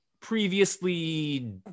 previously